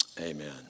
Amen